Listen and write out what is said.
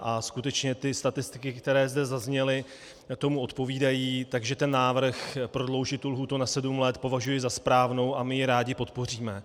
A skutečně statistiky, které zde zazněly, tomu odpovídají, takže návrh prodloužit lhůtu na sedm let považuji za správnou a my ji rádi podpoříme.